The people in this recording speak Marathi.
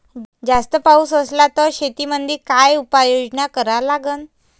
जास्त पाऊस असला त शेतीमंदी काय उपाययोजना करा लागन?